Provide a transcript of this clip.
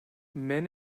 men